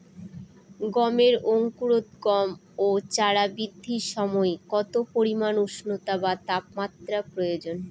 গমের অঙ্কুরোদগম ও চারা বৃদ্ধির সময় কত পরিমান উষ্ণতা বা তাপমাত্রা প্রয়োজন?